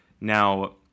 Now